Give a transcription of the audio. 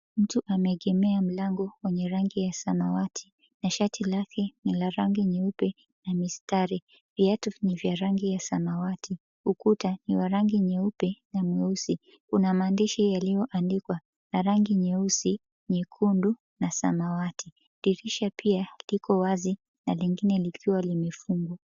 Mtu ameegemea mlango wenye rangi ya samawati. Na shati lake ni la rangi nyeupe na mistari. Viatu ni vya rangi ya samawati. Ukuta ni wa rangi nyeupe na mweusi. Una maandishi ulioandikwa na rangi nyeusi, nyekundu na samawati. Dirisha pia liko wazi na lingine likiwa limefungwa.